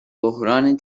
بحران